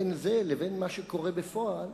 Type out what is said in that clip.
בין זה לבין מה שקורה בפועל